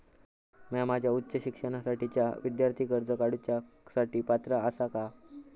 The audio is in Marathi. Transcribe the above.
म्या माझ्या उच्च शिक्षणासाठीच्या विद्यार्थी कर्जा काडुच्या साठी पात्र आसा का?